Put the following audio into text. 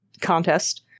contest